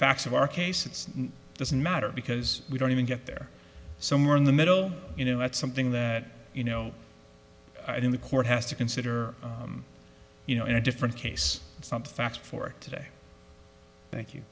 facts of our case it's doesn't matter because we don't even get there somewhere in the middle you know that's something that you know i think the court has to consider you know in a different case something for today thank you